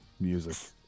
music